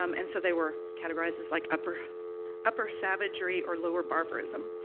um and so they were categorized as like, upper upper savagery or lower barbarism.